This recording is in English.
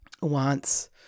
wants